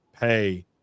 pay